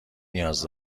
نیاز